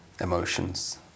emotions